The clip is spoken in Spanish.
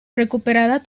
recuperada